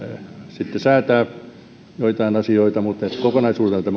sitten säätää joitain asioita mutta kokonaisuutena